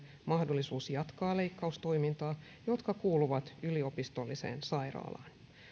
mahdollisuus jatkaa leikkaustoimintaa jotka kuuluvat yliopistolliseen sairaalaan